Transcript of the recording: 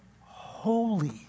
holy